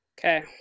okay